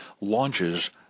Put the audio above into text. Launches